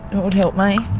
what would help me?